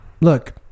look